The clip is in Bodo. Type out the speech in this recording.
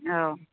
औ